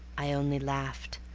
i only laughed,